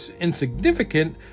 insignificant